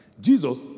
Jesus